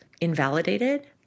invalidated